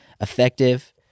effective